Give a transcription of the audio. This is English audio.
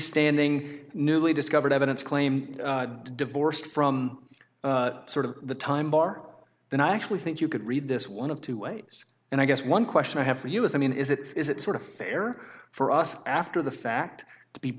standing newly discovered evidence claimed divorced from sort of the time bar then i actually think you could read this one of two ways and i guess one question i have for us i mean is it is it sort of fair for us after the fact to be